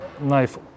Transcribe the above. knife